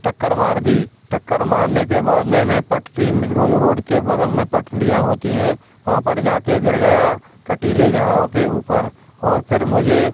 टक्कर मार दी टक्कर मारने के बाद में मैं पटरी रोड के बगल में पटरियाँ होती हैं वहाँ पर जा कर गिर गया कटीले झाड़ों के ऊपर और फिर मुझे